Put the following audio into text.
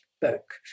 book